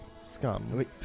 Scum